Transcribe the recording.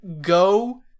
go